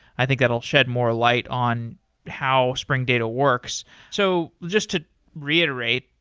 i think that will shed more light on how spring data works so just to reiterate,